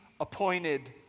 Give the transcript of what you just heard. appointed